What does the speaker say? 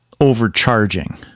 overcharging